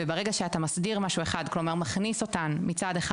ברגע שאתה מסדיר משהו אחד ומכניס אותן מצד אחד